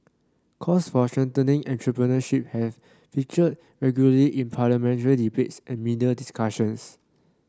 calls for strengthening entrepreneurship have featured regularly in parliamentary debates and media discussions